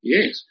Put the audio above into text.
Yes